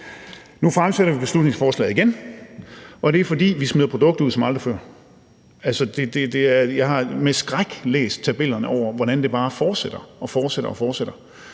Nu fremsætter vi beslutningsforslaget igen, og det er, fordi vi smider produkter ud som aldrig før. Jeg har med skræk læst tabellerne over, hvordan det bare fortsætter og fortsætter, og det er,